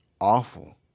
awful